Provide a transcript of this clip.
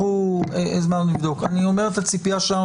אומר את הציפייה שלנו,